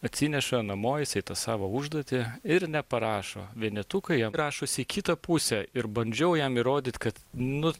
atsineša namo jisai tą savo užduotį ir neparašo vienetukai jam rašosi kitą pusę ir bandžiau jam įrodyt kad nu